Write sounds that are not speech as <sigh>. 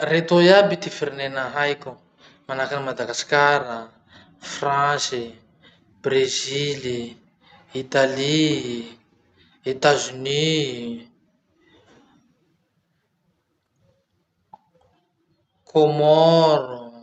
Retoa iaby ty firenena haiko manahaky any madagasikara, frantsa, brezily, italy, etazony, <hesitation> comores.